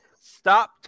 Stop